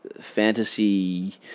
Fantasy